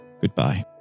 goodbye